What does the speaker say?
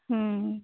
ᱦᱩᱸ